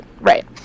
right